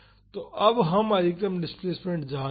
तो अब हम अधिकतम डिस्प्लेसमेंट जानते हैं